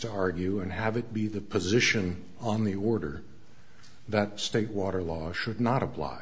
to argue and have it be the position on the order that state water laws should not apply